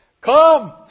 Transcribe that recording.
Come